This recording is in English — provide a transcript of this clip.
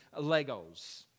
Legos